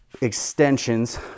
extensions